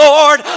Lord